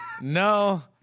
No